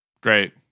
Great